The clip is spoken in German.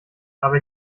aber